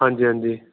ਹਾਂਜੀ ਹਾਂਜੀ